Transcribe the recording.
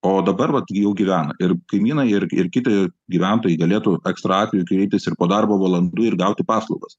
o dabar vat gi jau gyvena ir kaimynai ir ir kiti gyventojai galėtų ekstra atveju kreiptis ir po darbo valandų ir gauti paslaugas